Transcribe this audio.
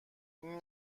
این